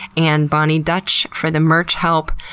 and boni dutch for the merch help.